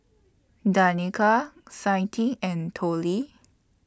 Danika Clytie and Tollie